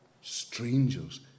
strangers